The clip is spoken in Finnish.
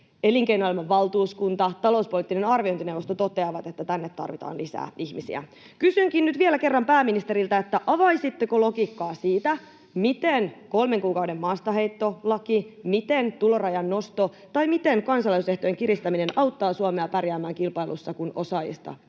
Elinkeinoelämän valtuuskunta, talouspoliittinen arviointineuvosto toteavat, että tänne tarvitaan lisää ihmisiä. Kysynkin nyt vielä kerran pääministeriltä: avaisitteko logiikkaa siitä, miten kolmen kuukauden maastaheittolaki, miten tulorajan nosto tai miten kansalaisuusehtojen kiristäminen auttavat Suomea pärjäämään kilpailussa, kun osaajista kovaa